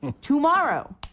tomorrow